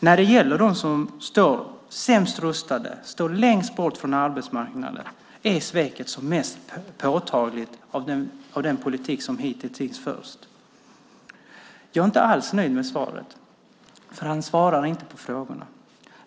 När det gäller dem som står sämst rustade, längst bort från arbetsmarknaden, är sveket som mest påtagligt i den politik som hittills har förts. Jag är inte alls nöjd med svaret. Arbetsmarknadsministern svarar inte på frågorna.